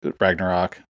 Ragnarok